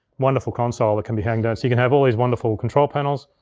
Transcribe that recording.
wonderful console that can be hung down. so you can have all these wonderful control panels,